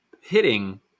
Hitting